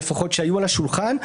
והיו על השולחן,